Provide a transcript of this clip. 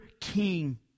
King